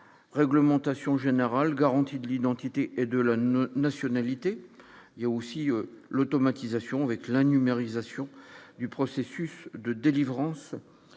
réglementations générales, garantie de l'identité et de la ne nationalités, il y a aussi l'automatisation avec la numérisation du processus de délivrance